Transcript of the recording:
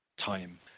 time